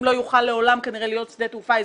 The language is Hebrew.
לא יוכל לעולם כנראה להיות שדה תעופה אזרחי,